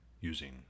using